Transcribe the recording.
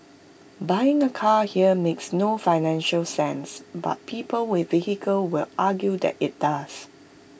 buying A car here makes no financial sense but people with vehicles will argue that IT does